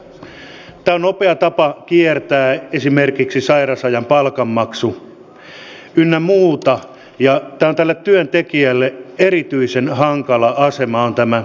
tämä on nopea tapa kiertää esimerkiksi sairausajan palkanmaksu ynnä muuta ja tämä nollasopimus asettaa tämän työntekijän erityisen hankalaan asemaan